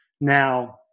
Now